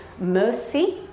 mercy